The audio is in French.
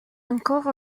encore